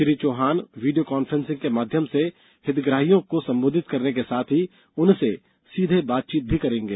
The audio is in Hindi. श्री चौहान वीडियों कॉन्फ्रेसिंग के माध्यम से हितग्राहियों को संबोधित करने के साथ ही उनसे सीधे बातचीत भी करेंगे